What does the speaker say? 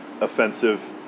offensive